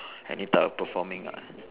any type of performing art